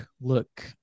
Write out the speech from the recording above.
look